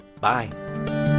bye